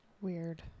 weird